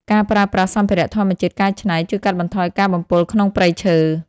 ការប្រើប្រាស់សម្ភារៈធម្មជាតិកែច្នៃ ជួយកាត់បន្ថយការបំពុលក្នុងព្រៃឈើ។